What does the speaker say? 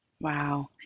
Wow